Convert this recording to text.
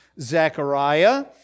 Zechariah